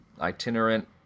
itinerant